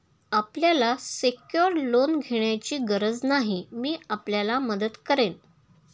आपल्याला secured loan घेण्याची गरज नाही, मी आपल्याला मदत करेन